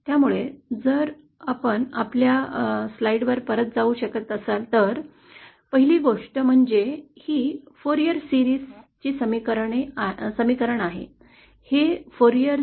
त्यामुळे जर आपण आपल्या स्लाईडवर परत जाऊ शकत असू तर पहिली गोष्ट म्हणजे ही FOURIER मालिकेच समीकरण आहे हे FOURIER मालिकेसारखच आहे